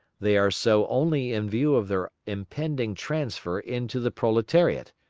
they are so only in view of their impending transfer into the proletariat,